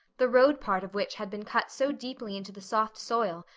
the road part of which had been cut so deeply into the soft soil,